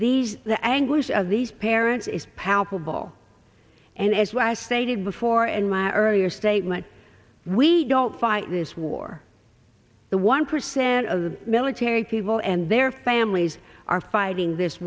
these the anguish of these parents is palpable and as was stated before in my earlier statement we don't fight this war the one percent of the military people and their families are fighting this